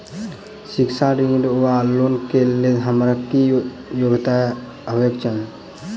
शिक्षा ऋण वा लोन केँ लेल हम्मर की योग्यता हेबाक चाहि?